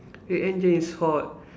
your engine is hot